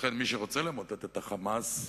ולכן מי שרוצה למוטט את ה"חמאס",